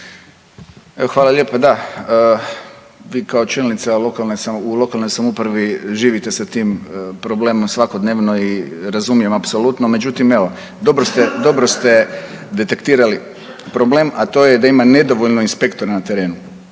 Hvala lijepa. Da vi kao čelnica u lokalnoj samoupravi živite sa tim problemom svakodnevno i razumijem apsolutno, međutim evo dobro ste detektirali problem a to je da ima nedovoljno inspektora na terenu,